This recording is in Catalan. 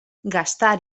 gastar